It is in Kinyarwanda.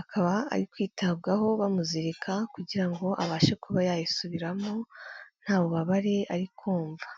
akaba ari kwitabwaho bamuzirika kugira ngo abashe kuba yayisubiramo, nta bubabare ari kumva.